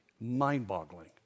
mind-boggling